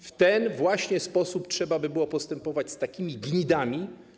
W ten właśnie sposób trzeba by było postępować z takimi gnidami.